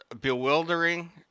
bewildering